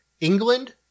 England